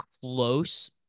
close